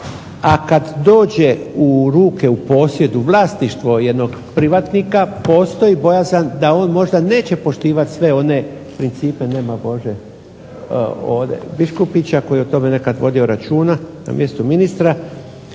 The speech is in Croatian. a kad dođe u ruke u posjed u vlasništvo jednog privatnika postoji bojazan da on možda neće poštivati sve one principe, nema Bože ovdje Biškupića, koji je o tome nekad vodio računa na mjestu ministra,